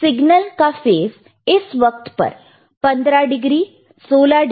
signal का face इस वक्त पर 15 डिग्री 16 डिग्री है